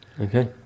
Okay